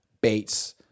Bates